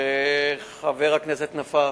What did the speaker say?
חבר הכנסת נפאע,